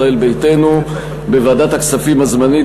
ישראל ביתנו: בוועדת הכספים הזמנית,